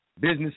business